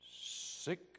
sick